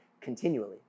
continually